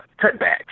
cutbacks